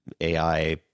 AI